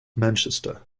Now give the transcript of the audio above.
manchester